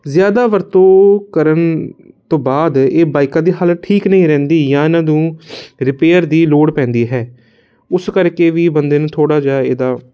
ਜ਼ਿਆਦਾ ਵਰਤੋਂ ਕਰਨ ਤੋਂ ਬਾਅਦ ਇਹ ਬਾਈਕਾਂ ਦੀ ਹਾਲਤ ਠੀਕ ਨਹੀਂ ਰਹਿੰਦੀ ਜਾਂ ਇਹਨਾਂ ਨੂੰ ਰਿਪੇਅਰ ਦੀ ਲੋੜ ਪੈਂਦੀ ਹੈ ਉਸ ਕਰਕੇ ਵੀ ਬੰਦੇ ਨੂੰ ਥੋੜ੍ਹਾ ਜਿਹਾ ਇਹਦਾ